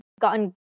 gotten